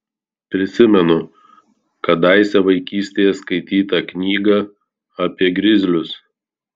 prisimenu kadaise vaikystėje skaitytą knygą apie grizlius